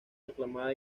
aclamada